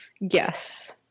Yes